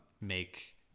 make